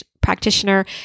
practitioner